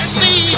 see